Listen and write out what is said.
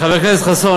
חבר הכנסת חסון,